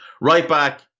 Right-back